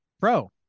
pro